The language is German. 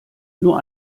nur